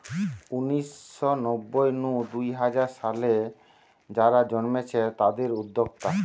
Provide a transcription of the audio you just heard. উনিশ শ নব্বই নু দুই হাজার সালে যারা জন্মেছে তাদির উদ্যোক্তা